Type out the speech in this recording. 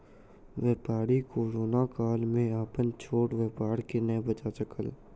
व्यापारी कोरोना काल में अपन छोट व्यापार के नै बचा सकल